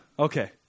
Okay